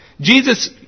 Jesus